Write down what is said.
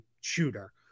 Shooter